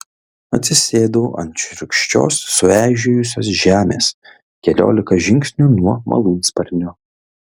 atsisėdau ant šiurkščios sueižėjusios žemės keliolika žingsnių nuo malūnsparnio